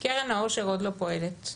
קרן העושר עוד לא פועלת.